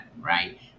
right